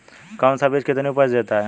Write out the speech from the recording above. कौन सा बीज कितनी उपज देता है?